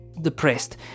depressed